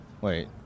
Wait